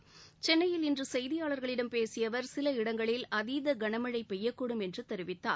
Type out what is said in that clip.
இன்று சென்னையில் செய்தியாளர்களிடம் பேசிய அவர் சில இடங்களில் அதீத கனமழை பெய்யக்கூடும் என்று தெரிவித்தார்